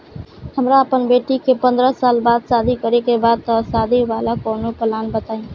हमरा अपना बेटी के पंद्रह साल बाद शादी करे के बा त शादी वाला कऊनो प्लान बताई?